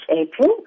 April